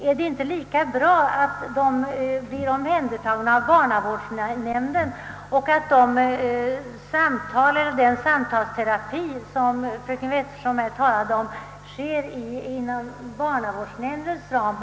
Är det inte lika bra att de blir omhändertagna av barnavårdsnämnden och att den samtalsterapi som fröken Wetterström talade om sker inom barnavårdsnämndens ram?